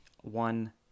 one